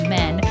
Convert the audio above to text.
men